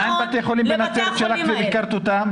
מה עם בתי חולים בנצרת שביקרת אותם?